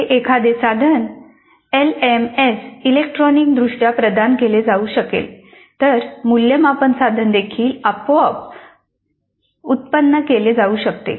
हे एखादे साधन एलएमएसला इलेक्ट्रॉनिकदृष्ट्या प्रदान केले जाऊ शकले तर मूल्यमापन साधन देखील आपोआप उत्पन्न केले जाऊ शकते